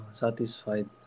satisfied